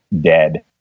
dead